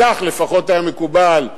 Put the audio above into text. כך לפחות היה מקובל,